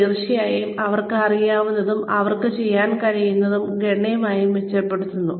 തീർച്ചയായും അവർക്ക് അറിയാവുന്നതും അവർക്ക് ചെയ്യാൻ കഴിയുന്നതും ഗണ്യമായി മെച്ചപ്പെടുന്നു